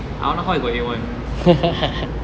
I don't know how I got a one